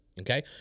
Okay